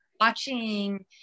watching